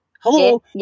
hello